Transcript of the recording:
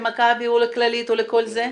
למכבי או לכללית או לכל זה?